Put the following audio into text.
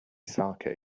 saké